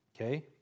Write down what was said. Okay